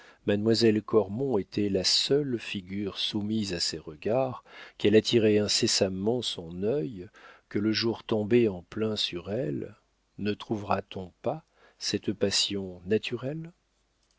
cormon était la seule figure soumise à ses regards qu'elle attirait incessamment son œil que le jour tombait en plein sur elle ne trouvera-t-on pas cette passion naturelle